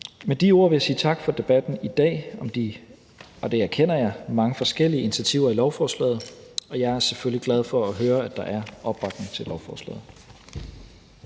Med de ord vil jeg sige tak for debatten i dag om de – og det erkender jeg – mange forskellige initiativer i lovforslaget. Og jeg er selvfølgelig glad for at høre, at der er opbakning til lovforslaget.